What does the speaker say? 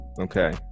Okay